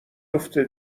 افته